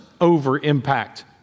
over-impact